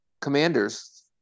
Commanders